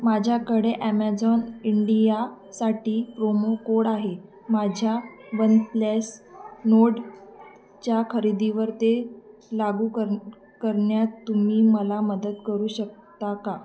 माझ्याकडे Amazon India साठी promo code आहे माझ्या वनप्लेस नोर्ड च्या खरेदीवर ते लागू कर करण्यात तुम्ही मला मदत करू शकता का